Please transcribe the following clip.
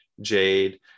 jade